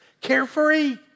carefree